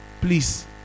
Please